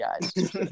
guys